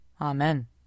Amen